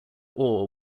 orr